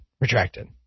Retracted